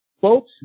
Folks